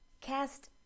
cast